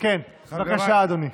בבקשה, אדוני.